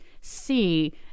see